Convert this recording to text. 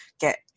get